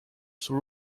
sul